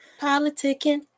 Politicking